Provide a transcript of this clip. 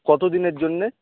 কত দিনের জন্যে